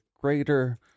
greater